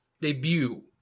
debut